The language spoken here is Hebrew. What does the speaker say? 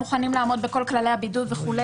מוכנים לעמוד בכל כללי הבידוד וכו',